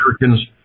Americans